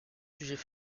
sujets